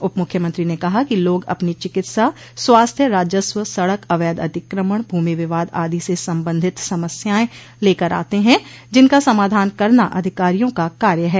उप मुख्यमंत्री ने कहा कि लोग अपनी चिकित्सा स्वास्थ्य राजस्व सड़क अवैध अतिक्रमण भूमि विवाद आदि से संबंधित समस्याएं लेकर आते हैं जिनका समाधान करना अधिकारियों का कार्य है